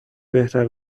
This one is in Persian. بهتر